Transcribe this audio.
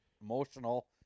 Emotional